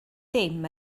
dim